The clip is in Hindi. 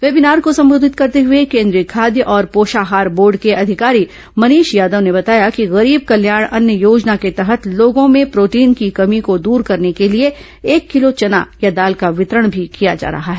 वेबीनार को संबोधित करते हुए केंद्रीय खाद्य और पोषाहार बोर्ड के अधिकारी मनीष यादव ने बताया कि गरीब कल्याण अन्न योजना के तहत ैलोगों में प्रोटीन की कमी को दूर करने के लिए एक किलो चना या दाल का वितरण भी किया जा रहा है